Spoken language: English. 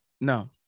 No